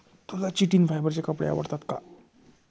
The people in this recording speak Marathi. तुला चिटिन फायबरचे कपडे आवडतात का?